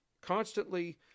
constantly